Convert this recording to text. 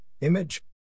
Image